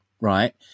right